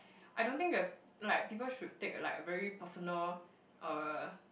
I don't think that like people should take a like very personal uh